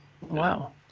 Wow